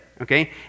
okay